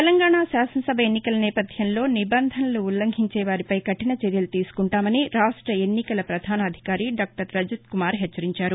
తెలంగాణా శాసనసభ ఎన్నికల నేపథ్యంలో నిబంధనలను ఉల్లంఘించే వారిపై కఠిన చర్యలు తీసుకుంటామని రాష్ట ఎన్నికల ప్రధాన అధికారి డాక్టర్ రజత్కుమార్ హెచ్చరించారు